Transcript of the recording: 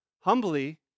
humbly